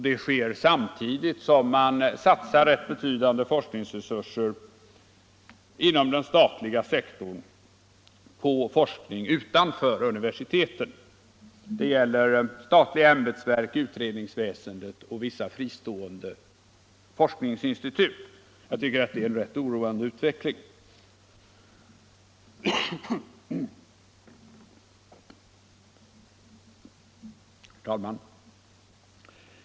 Detta sker samtidigt som man satsar betydande forskningsresurser inom den statliga sektorn på forskning utanför universiteten. Det gäller statliga ämbetsverk, utredningsväsende och vissa fristående forskningsinstitut. Jag tycker att det är en rätt oroande utveckling. Herr talman!